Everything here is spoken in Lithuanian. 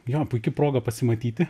jo puiki proga pasimatyti